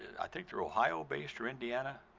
i think they're ohio based or indiana,